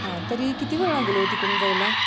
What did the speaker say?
हा तरी किती वेळ लागेल हो तिकडून जायला